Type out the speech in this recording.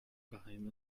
geheim